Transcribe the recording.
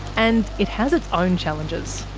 and it has its own challenges.